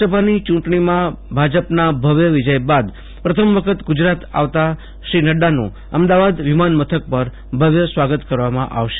લોકસભાની ચૂંટણીમાં ભાજપના ભવ્ય વિજય બાદ પ્રથમ વખત ગુજરાત આવતા શ્રી નડ્ડાનું અમદાવાદ એરપોર્ટ ઉપર ભવ્ય સ્વાગત કરવામાં આવશે